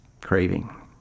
craving